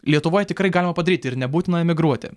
lietuvoj tikrai galima padaryti ir nebūtina emigruoti